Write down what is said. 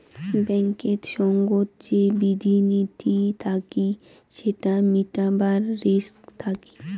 ব্যাঙ্কেত সঙ্গত যে বিধি নীতি থাকি সেটা মিটাবার রিস্ক থাকি